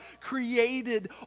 created